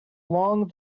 long